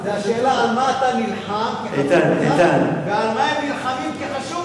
זה השאלה על מה אתה נלחם ועל מה הם נלחמים כי חשוב